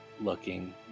looking